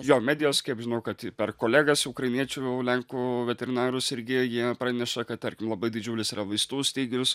jo medijos kaip žinau kad per kolegas ukrainiečių lenkų veterinarus irgi jie praneša kad tarkim labai didžiulis yra vaistų stygius